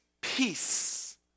peace